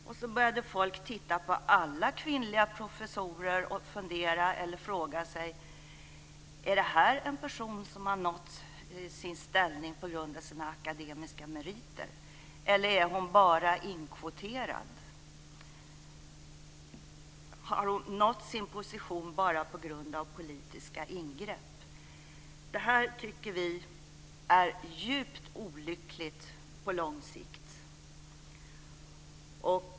Människor började titta på alla kvinnliga professorer och fundera eller fråga sig: Är det här en person som har nått sin ställning på grund av sina akademiska meriter, eller är hon bara inkvoterad? Har hon nått sin position bara på grund av politiska ingrepp? Detta tycker vi är djupt olyckligt på lång sikt.